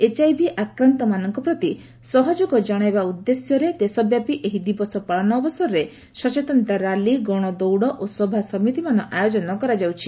HIV ଆକ୍ରାନ୍ତମାନଙ୍କ ପ୍ରତି ସହଯୋଗ ଜଶାଇବା ଉଦ୍ଦେଶ୍ୟରେ ଦେଶବ୍ୟାପୀ ଏହି ଦିବସ ପାଳନ ଅବସରରେ ସଚେତନତା ର୍ୟାଲି ଗଣଦୌଡ଼ ଓ ସଭାସମିତିମାନ ଆୟୋଜନ କରାଯାଉଛି